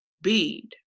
bead